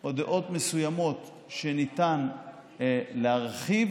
או דעות מסוימות שניתן להרחיב